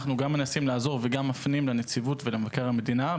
אנחנו גם מנסים לעזור וגם מפנים לנציבות ולמבקר המדינה.